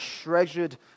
treasured